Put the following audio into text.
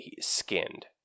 skinned